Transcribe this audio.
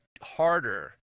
harder